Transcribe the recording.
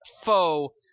foe